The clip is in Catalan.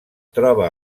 troba